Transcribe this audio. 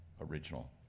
original